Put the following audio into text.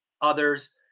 others